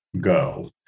go